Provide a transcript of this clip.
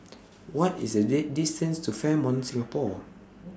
What IS The Day distance to Fairmont Singapore